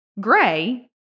gray